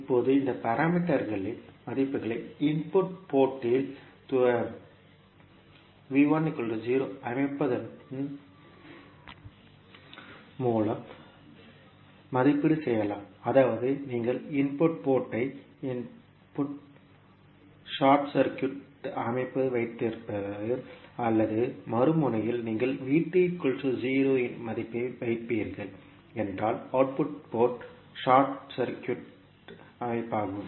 இப்போது இந்த பாராமீட்டர்களின் மதிப்புகளை இன்புட் போர்ட் இல் அமைப்பதன் மூலம் மதிப்பீடு செய்யலாம் அதாவது நீங்கள் இன்புட் போர்ட் ஐ ஷார்ட் சர்க்யூட் அமைப்பு வைத்திருப்பீர்கள் அல்லது மறுமுனையில் நீங்கள் இன் மதிப்பை வைப்பீர்கள் என்றால் அவுட்புட் போர்ட் ஷார்ட் சர்க்யூட் அமைப்பு ஆகும்